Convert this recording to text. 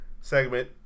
segment